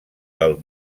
del